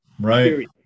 Right